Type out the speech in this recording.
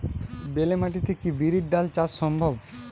বেলে মাটিতে কি বিরির ডাল চাষ সম্ভব?